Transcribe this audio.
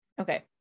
okay